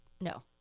no